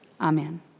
Amen